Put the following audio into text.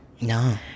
No